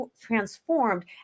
transformed